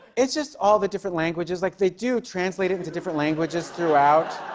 it's just all the different languages. like, they do translate it into different languages throughout.